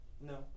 No